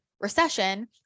recession